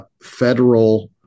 federal